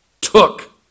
took